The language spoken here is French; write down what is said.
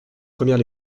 première